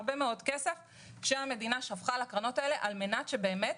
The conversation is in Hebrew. הרבה מאוד כסף שהמדינה שפכה על הקרנות האלה על מנת שבאמת